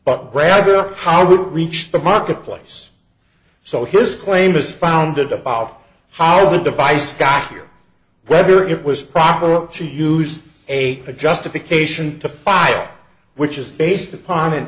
but rather how reached the marketplace so his claim is founded about how the device got or whether it was proper and she used a justification to file which is based upon an